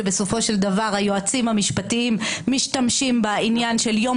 שבסופו של דבר היועצים המשפטיים משתמשים בעניין של יום